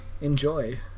enjoy